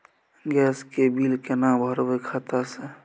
Gas के bill केना भरबै खाता से?